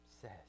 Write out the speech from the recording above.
says